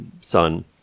son